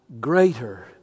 greater